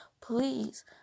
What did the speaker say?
Please